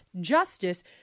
justice